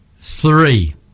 three